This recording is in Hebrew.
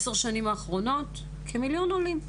עשר שנים אחרונות, כמיליון עולים.